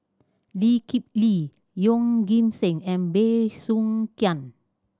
Lee Kip Lee Yeoh Ghim Seng and Bey Soo Khiang